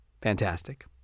Fantastic